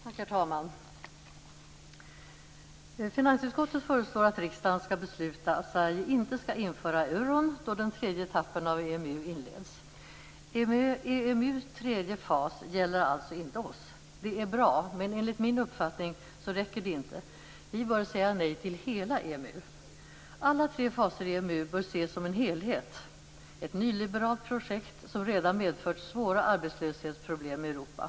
Herr talman! Finansutskottet föreslår att riksdagen skall besluta att Sverige inte skall införa euron då den tredje etappen av EMU inleds. EMU:s tredje fas gäller alltså inte oss. Det är bra, men enligt min uppfattning räcker det inte. Vi bör säga nej till hela EMU. Alla tre faserna i EMU bör ses som en helhet, ett nyliberalt projekt som redan medfört svåra arbetslöshetsproblem i Europa.